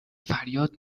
فریاد